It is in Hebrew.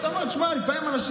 נכון.